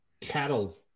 cattle